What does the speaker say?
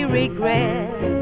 regret